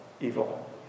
evil